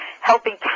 helping